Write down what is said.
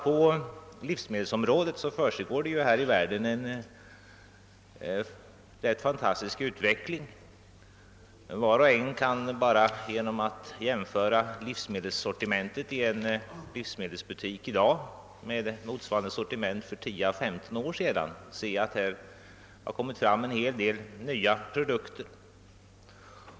På livsmedelsområdet försiggår en rätt fantastisk utveckling. Var och en kan bara genom att jämföra livsmedelssortimentet i en livsmedelsbutik i dag med motsvarande sortiment för 10 å 15 år sedan se, att här kommit fram en hel del nya produkter.